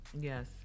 Yes